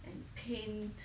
and paint